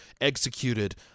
executed